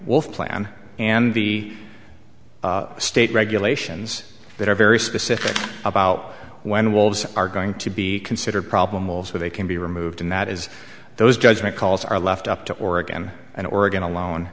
wolf plan and the state regulations that are very specific about when wolves are going to be considered problem also they can be removed and that is those judgment calls are left up to oregon and oregon alone